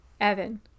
Evan